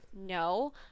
No